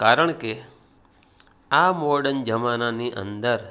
કારણ કે આ મોર્ડન જમાનાની અંદર